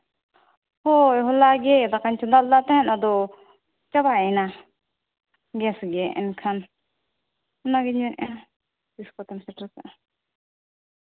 ᱦᱳᱭ ᱦᱚᱞᱟᱜᱮ ᱫᱟᱠᱟᱧ ᱪᱚᱸᱫᱟ ᱞᱮᱫᱟ ᱛᱟᱦᱮᱱ ᱟᱫᱚ ᱪᱟᱵᱟᱭᱮᱱᱟ ᱜᱮᱥ ᱜᱮ ᱮᱱᱠᱷᱟᱱ ᱚᱱᱟᱜᱤᱧ ᱢᱮᱱᱮᱫᱼᱟ ᱛᱤᱥ ᱠᱚᱛᱮᱢ ᱥᱮᱴᱮᱨ ᱠᱟᱜᱼᱟ